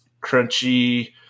crunchy